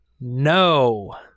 no